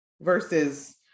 versus